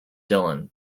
dylan